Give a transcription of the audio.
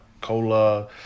Cola